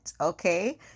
okay